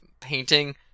painting